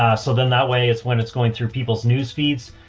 so then that way it's when it's going through people's newsfeeds,